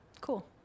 Cool